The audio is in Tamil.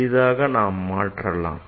எளிதாக நாம் மாற்றுவோம்